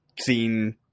seen